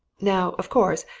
now, of course,